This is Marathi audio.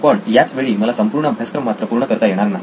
पण याच वेळी मला संपूर्ण अभ्यासक्रम मात्र पूर्ण करता येणार नाही